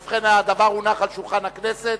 ובכן, הדבר הונח על שולחן הכנסת.